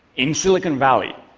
in silicon valley,